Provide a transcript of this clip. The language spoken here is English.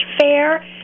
Fair